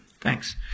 thanks